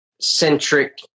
centric